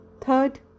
Third